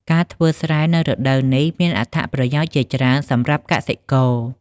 ការធ្វើស្រែនៅរដូវនេះ មានអត្ថប្រយោជន៍ជាច្រើនសម្រាប់កសិករ។